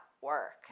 work